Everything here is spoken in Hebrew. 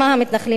אפרטהייד.